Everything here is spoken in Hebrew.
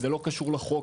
זה לא קשור לחוק,